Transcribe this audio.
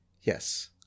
Yes